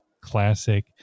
classic